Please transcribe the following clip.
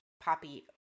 Poppy